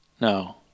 No